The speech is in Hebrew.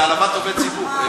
זה העלבת עובד ציבור.